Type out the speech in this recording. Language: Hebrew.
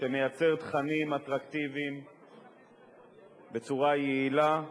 שמייצר תכנים אטרקטיביים בצורה יעילה,